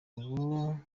ubu